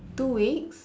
too weeks